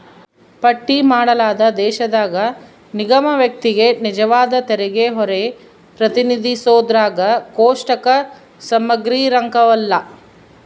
ಪಟ್ಟಿ ಮಾಡಲಾದ ದೇಶದಾಗ ನಿಗಮ ವ್ಯಕ್ತಿಗೆ ನಿಜವಾದ ತೆರಿಗೆಹೊರೆ ಪ್ರತಿನಿಧಿಸೋದ್ರಾಗ ಕೋಷ್ಟಕ ಸಮಗ್ರಿರಂಕಲ್ಲ